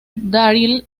daryl